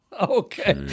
Okay